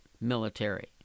military